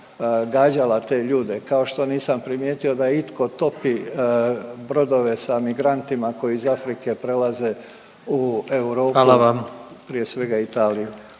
gađala te ljude, kao što nisam primijetio da itko topi brodove sa migrantima koji iz Afrike prelaze u Europu…/Upadica predsjednik: